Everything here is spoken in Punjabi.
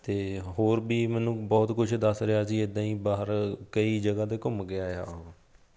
ਅਤੇ ਹੋਰ ਵੀ ਮੈਨੂੰ ਬਹੁਤ ਕੁਛ ਦੱਸ ਰਿਹਾ ਸੀ ਇੱਦਾਂ ਹੀ ਬਾਹਰ ਕਈ ਜਗ੍ਹਾ 'ਤੇ ਘੁੰਮ ਕੇ ਆਇਆ ਉਹ